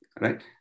right